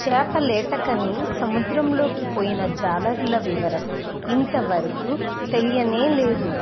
చేపలేటకని సముద్రంలోకి పొయ్యిన జాలర్ల వివరం ఇంతవరకు తెలియనేలేదు